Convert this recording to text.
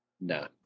No